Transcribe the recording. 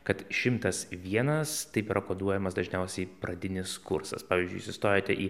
kad šimtas vienas taip yra koduojamas dažniausiai pradinis kursas pavyzdžiui jūs įstojote į